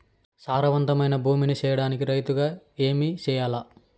సారవంతమైన భూమి నీ సేయడానికి రైతుగా ఏమి చెయల్ల?